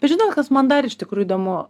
bet žinot kas man dar iš tikrų įdomu